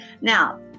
Now